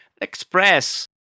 Express